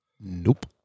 Nope